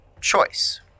choice